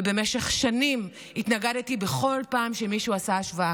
ובמשך שנים התנגדתי בכל פעם שמישהו עשה השוואה